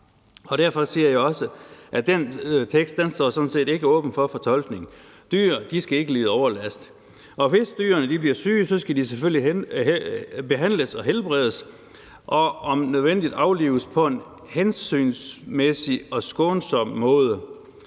Derfor siger jeg også, at den tekst sådan set ikke er åben for fortolkning. Dyr skal ikke lide overlast, og hvis dyrene bliver syge, skal de selvfølgelig behandles og helbredes og om nødvendigt aflives på en hensynsfuld og skånsom måde.